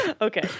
Okay